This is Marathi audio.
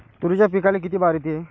तुरीच्या पिकाले किती बार येते?